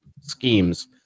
schemes